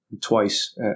twice